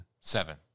Seven